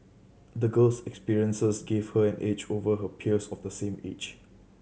the girl's experiences gave her an edge over her peers of the same age